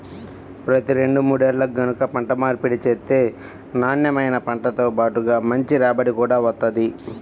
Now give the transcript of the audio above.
ప్రతి రెండు మూడేల్లకి గనక పంట మార్పిడి చేత్తే నాన్నెమైన పంటతో బాటుగా మంచి రాబడి గూడా వత్తది